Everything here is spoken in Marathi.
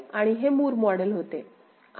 आणि हे मूर मॉडेल होते